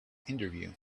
interview